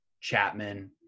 Chapman